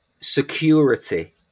security